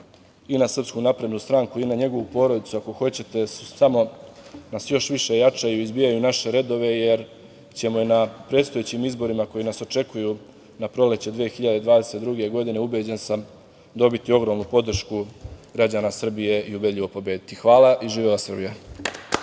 i na predsednika države i na SNS i na njegovu porodicu nas samo još više jačaju i izbijaju naše redove, jer ćemo na predstojećim izborima, koji nas očekuju na proleće 2022. godine, ubeđen sam, dobiti ogromnu podršku građana Srbije i ubedljivo pobediti. Hvala. Živela Srbija!